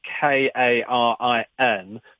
K-A-R-I-N